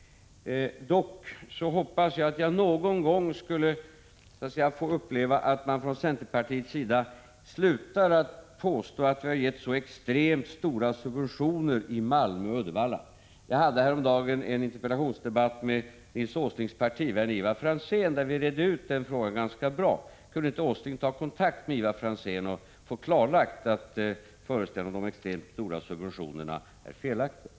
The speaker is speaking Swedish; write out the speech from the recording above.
Dock hoppades jag att jag någon gång skulle få uppleva att man från centerpartiets sida slutar påstå att vi har givit så extremt stora subventioner till Malmö och Uddevalla. Jag förde häromdagen en interpellationsdebatt med Nils G. Åslings partivän Ivar Franzén, där vi redde ut den frågan ganska bra. Kunde inte Nils G. Åsling ta kontakt med Ivar Franzén och få klarlagt att föreställningen om de extremt stora subventionerna är felaktig?